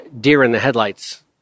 deer-in-the-headlights